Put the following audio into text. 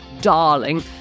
darling